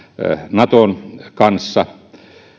naton kanssa